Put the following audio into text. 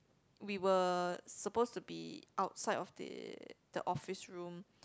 we were supposed to be outside of the the office room